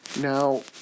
now